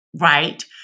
right